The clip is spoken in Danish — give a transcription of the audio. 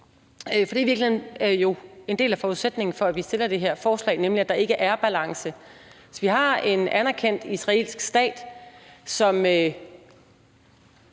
for det er jo i virkeligheden en del af forudsætningen for, at vi fremsætter det her forslag, nemlig at der ikke er balance. Vi har en anerkendt israelsk stat, som